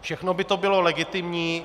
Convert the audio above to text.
Všechno by to bylo legitimní.